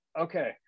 okay